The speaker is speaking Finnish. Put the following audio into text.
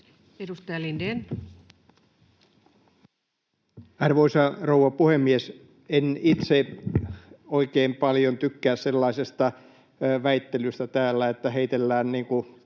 18:37 Content: Arvoisa rouva puhemies! En itse oikein paljon tykkää sellaisesta väittelystä täällä, että heitellään